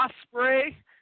Osprey